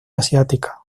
asiática